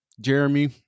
Jeremy